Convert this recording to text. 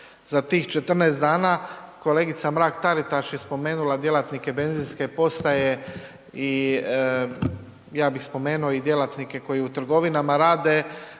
za tih 14 dana, kolegica Mrak-Taritaš je spomenula djelatnike benzinske postaje i ja bih spomenuo i djelatnike koji u trgovinama rade,